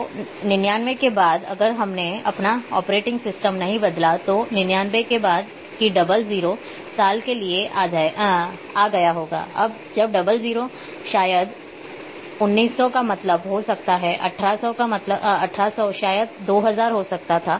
तो 99 के बाद अगर हमने अपना ऑपरेटिंग सिस्टम नहीं बदला तो निन्यानबे के बाद कि डबल जीरो साल के लिए आ गया होगा अब डबल जीरो शायद 1900 का मतलब हो सकता है 1800 शायद 2000 हो सकता है